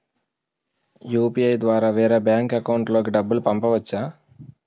UPI ద్వారా వేరే bank account లోకి డబ్బులు పంపించవచ్చా?